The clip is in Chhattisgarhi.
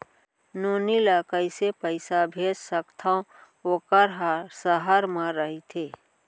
नोनी ल कइसे पइसा भेज सकथव वोकर ह सहर म रइथे?